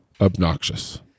obnoxious